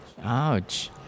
Ouch